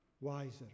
wiser